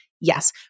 Yes